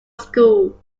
school